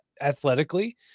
athletically